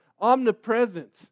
omnipresent